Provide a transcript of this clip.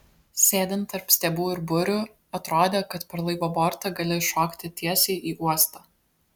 sėdint tarp stiebų ir burių atrodė kad per laivo bortą gali iššokti tiesiai į uostą